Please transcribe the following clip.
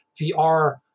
VR